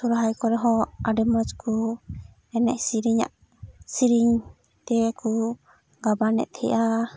ᱥᱚᱦᱨᱟᱭ ᱠᱚᱨᱮ ᱦᱚᱸ ᱟᱹᱰᱤ ᱢᱚᱡᱽ ᱠᱚ ᱮᱱᱮᱡ ᱥᱮᱨᱮᱧᱟᱜ ᱥᱮᱨᱮᱧ ᱛᱮᱜᱮ ᱠᱚ ᱜᱟᱵᱟᱱᱮᱫ ᱛᱟᱦᱮᱫᱼᱟ